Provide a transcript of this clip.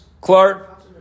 Clark